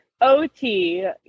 ot